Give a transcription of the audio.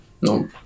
No